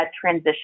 transition